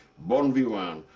bon vivant,